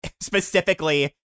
specifically